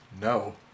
No